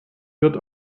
wird